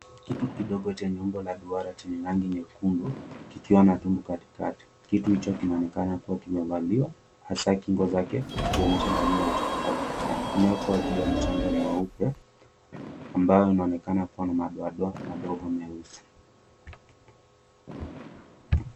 Kitu kidogo chenye umbo la duara chenye rangi nyekuñdu kikiwa na tundu katikatii kituu hicho kinaonekana kimevaliwa hasa kingo zake kikionyesha dailili ya uchopavu. Kimeekwa juu ya mchanga mweupe ambalo linaonekaana kuwa na madoadoa madogo meusi.